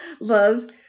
Loves